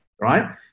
right